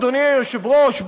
אדוני היושב-ראש,